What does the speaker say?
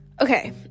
okay